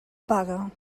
paga